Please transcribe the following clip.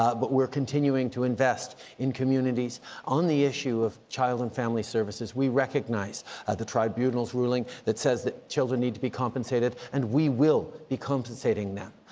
ah but we're continuing to invest in communities on the issue of child and family services. we recognize the tribunal's ruling that says children need to be compensated and we will be compensating them.